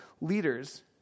leaders